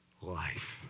life